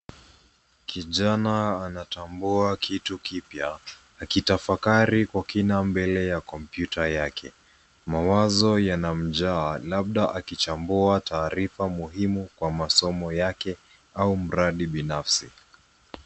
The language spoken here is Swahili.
Kijana anatambua kitu kipya akitafakari kwa kina mbele ya kompyuta yake. Mawazo yanamjaa labda akichambua taarifa muhimu kwa masomo yake au mradi binafsi.